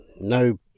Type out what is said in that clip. no